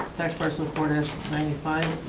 tax parcel quarter is ninety five,